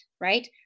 right